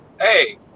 Hey